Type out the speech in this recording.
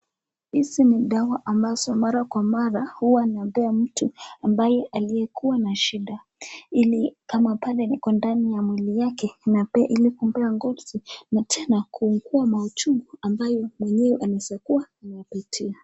Hizi ni dawa ambazo mara kwa mara huwa inapewa mtu ambaye aliyekuwa na shida ili kama bado iko ndani ya mwili yake anapewa ili kupea nguvu na tena kupoa mauchungu ambayo mwenyewe anaweza kuwa anapitia.